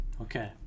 Okay